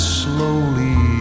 slowly